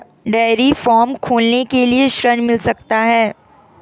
Dairy farm खोलने के लिए ऋण मिल सकता है?